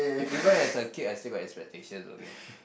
even as a kid I still got expectation okay